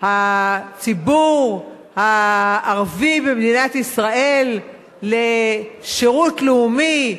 הציבור הערבי במדינת ישראל לשירות לאומי,